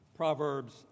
Proverbs